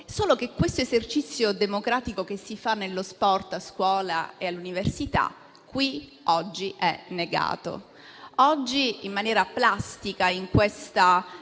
Solo che questo esercizio democratico che si fa nello sport, a scuola e all'università qui oggi è negato. Oggi, in maniera plastica in